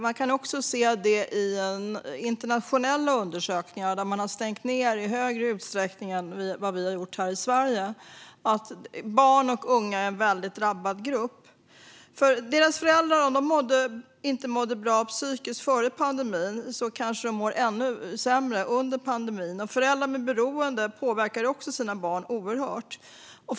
Internationella undersökningar visar att i de länder som har stängt ned i större utsträckning än vad vi har gjort i Sverige är barn och unga en hårt drabbad grupp. De föräldrar som inte mådde bra psykiskt före pandemin mår kanske ännu sämre nu, och föräldrar med beroende påverkar också sina barn oerhört mycket.